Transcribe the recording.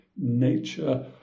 nature